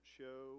show